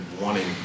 wanting